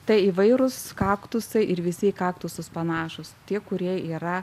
tai įvairūs kaktusai ir visi į kaktusus panašūs tie kurie yra